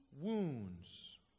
wounds